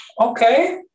okay